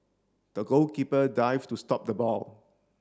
the goalkeeper dived to stop the ball